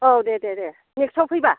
औ दे दे दे नेक्सआव फैबा